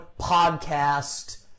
podcast